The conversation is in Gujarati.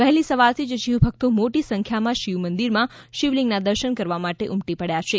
વહેલી સવારથીજ શિવ ભક્તો મોટી સંખ્યામાં શિવમંદિરમાં શિવલિંગના દર્શન કરવા ઉમટી પડ્યા છે